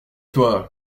toi